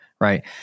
right